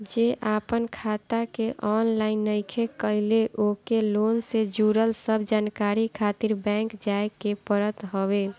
जे आपन खाता के ऑनलाइन नइखे कईले ओके लोन से जुड़ल सब जानकारी खातिर बैंक जाए के पड़त हवे